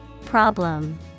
Problem